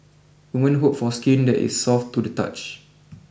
women hope for skin that is soft to the touch